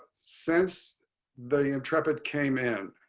since the intrepid came in.